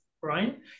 right